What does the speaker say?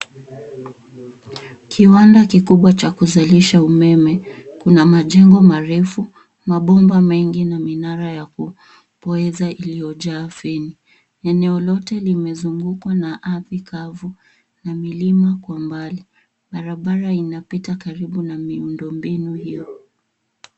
Kiwanda kikubwa cha kuzalisha umeme. Kuna majengo marefu, mabomba mengi na minara ya kupooza iliyojaa sehemu. Eneo lote limezungukwa na ardhi kavu na milima kwa mbali. Barabara inapita karibu na miundombinu hio.